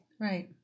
Right